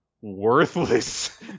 worthless